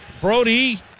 Brody